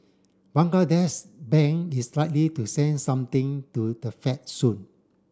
Bangladesh Bank is likely to send something to the Fed soon